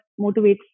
motivates